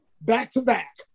back-to-back